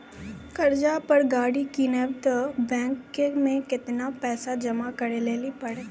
कर्जा पर गाड़ी किनबै तऽ बैंक मे केतना पैसा जमा करे लेली पड़त?